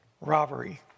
robbery